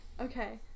Okay